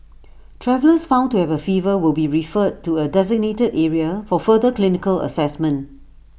travellers found to have A fever will be referred to A designated area for further clinical Assessment